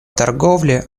торговле